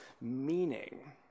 meaning